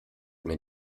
mir